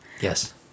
Yes